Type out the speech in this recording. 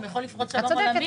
גם יכול לפרוץ מצור ימי,